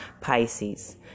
Pisces